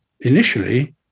initially